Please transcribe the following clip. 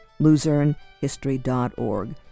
LuzerneHistory.org